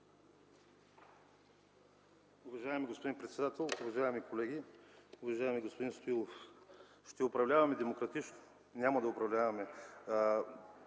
Уважаеми господин председател, уважаеми колеги! Уважаеми господин Стоилов, ще управляваме демократично. Няма да управляваме,